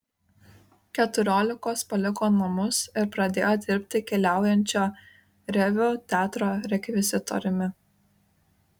keturiolikos paliko namus ir pradėjo dirbti keliaujančio reviu teatro rekvizitoriumi